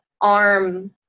arm